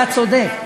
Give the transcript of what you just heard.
אתה צודק,